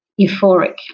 euphoric